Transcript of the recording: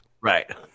Right